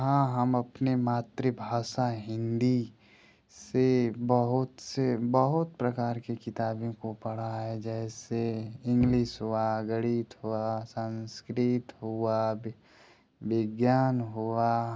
हाँ हम अपने मातृभाषा हिन्दी से बहुत से बहुत प्रकार के किताबों को पढ़ा है जैसे इंग्लिस हुआ गणित हुआ संस्कृत हुआ विज्ञान हुआ